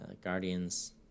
Guardians